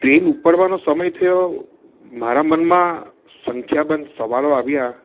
train ઊપડવાનો સમય થયો મારા મનમાં સંખ્યાબંધ સવાલો આવ્યા